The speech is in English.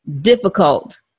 difficult